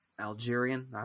Algerian